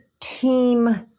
team